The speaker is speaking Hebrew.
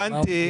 אני הבנתי.